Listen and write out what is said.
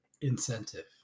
incentive